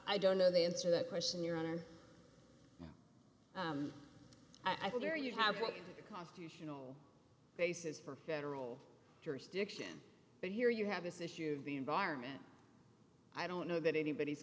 i don't know the answer the question your honor i think there you have a constitutional basis for federal jurisdiction but here you have this issue the environment i don't know that anybody's